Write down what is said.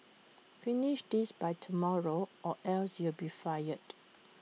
finish this by tomorrow or else you'll be fired